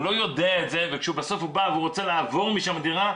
הוא לא יודע את זה וכשהוא בסוף בא ורוצה לעבור משם דירה,